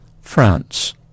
France